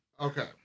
Okay